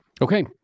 Okay